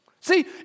See